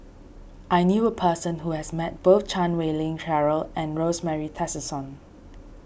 I knew a person who has met both Chan Wei Ling Cheryl and Rosemary Tessensohn